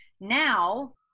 Now